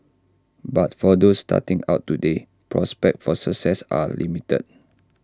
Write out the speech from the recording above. but for those starting out today prospects for success are limited